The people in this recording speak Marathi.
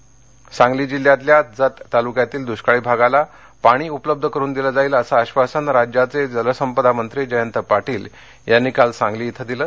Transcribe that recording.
दष्काळी भागपाणी सांगली सांगली जिल्ह्यातल्या जात तालुक्यातीलदृष्काळी भागाला पाणी ऊपलब्ध करून दीलं जाईल असं आश्वासन राज्याचे जलसंपदा मंत्री जयंत पाटील यांनी काल सांगली इथं दिलं